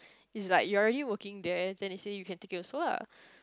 it's like you are already working there then you say you can take it also lah